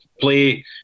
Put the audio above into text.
play